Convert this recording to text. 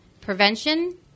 prevention